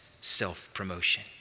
self-promotion